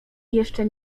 jeszcze